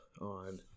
on